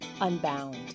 unbound